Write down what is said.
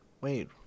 Wait